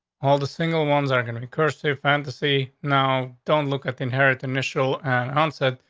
all the single ones are gonna and kirsty fantasy. now, don't look at inherit initial onset.